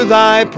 Thy